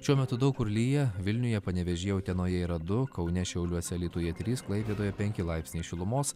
šiuo metu daug kur lyja vilniuje panevėžyje utenoje yra du kaune šiauliuose alytuje trys klaipėdoje penki laipsniai šilumos